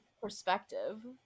perspective